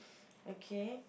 okay